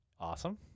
Awesome